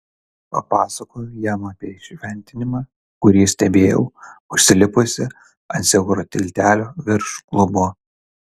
papasakojau jam apie įšventinimą kurį stebėjau užsilipusi ant siauro tiltelio virš klubo